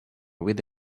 with